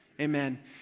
Amen